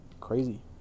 Crazy